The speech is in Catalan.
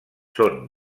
són